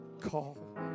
call